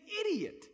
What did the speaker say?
idiot